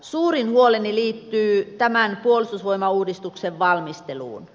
suurin huoleni liittyy tämän puolustusvoimauudistuksen valmisteluun